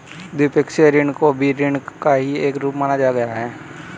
द्विपक्षीय ऋण को भी ऋण का ही एक रूप माना गया है